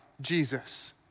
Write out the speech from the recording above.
jesus